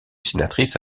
sénatrice